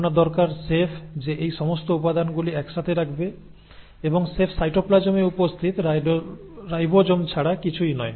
আপনার দরকার শেফ যে এই সমস্ত উপাদানগুলি একসাথে রাখবে এবং শেফ সাইটোপ্লাজমে উপস্থিত রাইবোসোম ছাড়া কিছুই নয়